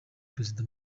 perezida